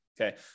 Okay